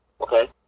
Okay